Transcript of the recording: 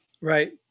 Right